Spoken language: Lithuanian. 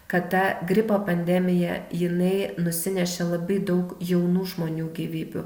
kad ta gripo pandemija jinai nusinešė labai daug jaunų žmonių gyvybių